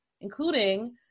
including